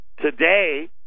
Today